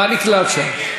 מה נקלט שם?